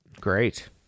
Great